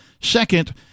Second